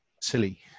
silly